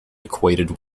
equated